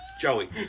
Joey